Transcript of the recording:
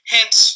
Hence